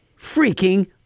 freaking